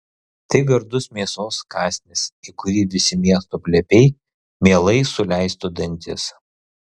tai gardus mėsos kąsnis į kurį visi miesto plepiai mielai suleistų dantis